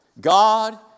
God